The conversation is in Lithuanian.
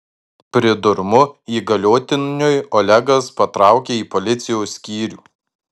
pridurmu įgaliotiniui olegas patraukė į policijos skyrių